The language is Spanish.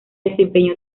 desempeñó